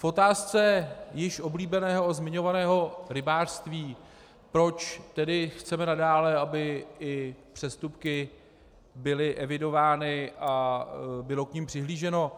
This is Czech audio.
V otázce již oblíbeného a zmiňovaného rybářství, proč tedy chceme nadále, aby i přestupky byly evidovány a bylo k nim přihlíženo.